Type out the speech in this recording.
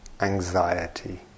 anxiety